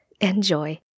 Enjoy